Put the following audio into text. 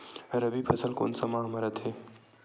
रबी फसल कोन सा माह म रथे?